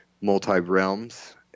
Multi-realms